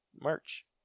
merch